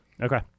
Okay